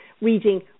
reading